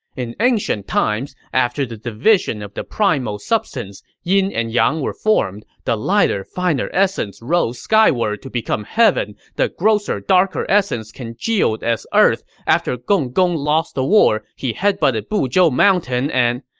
in ancient times, after the division of the primal substance, yin and yang were formed. the lighter, finer essence rose skyward to become heaven. the grosser, darker essence congealed as earth. after gong gong lost the war, he headbutted buzhou mountain and,